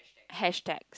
hashtag